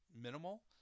minimal